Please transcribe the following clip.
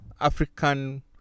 African